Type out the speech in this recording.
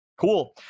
Cool